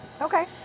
okay